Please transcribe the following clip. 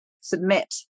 submit